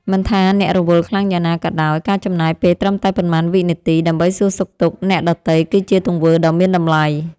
មិនថាអ្នករវល់ខ្លាំងយ៉ាងណាក៏ដោយការចំណាយពេលត្រឹមតែប៉ុន្មានវិនាទីដើម្បីសួរសុខទុក្ខអ្នកដទៃគឺជាទង្វើដ៏មានតម្លៃ។